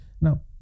now